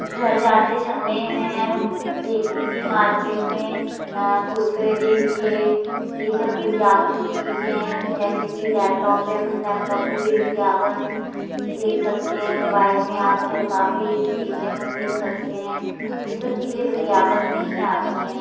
घर जाते समय मैं देखती थी मार्केट में कुरकुरे देख लिए ये सब विज्ञापन की चीज़ें हैं कैसे कि लैपटॉप पे अपन लैपटॉप पे भी विज्ञापन देख सकते हैं मोबाइल में आजकल काफ़ी चीज़ें अपन देख सकते हैं ये सब चीज़ें विज्ञापन में ही आती हैं